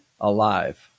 alive